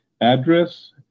address